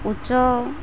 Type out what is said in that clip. ଉଚ୍ଚ